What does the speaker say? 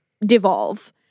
devolve